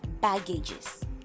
baggages